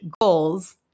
goals